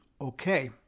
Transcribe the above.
Okay